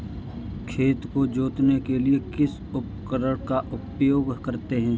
खेत को जोतने के लिए किस उपकरण का उपयोग करते हैं?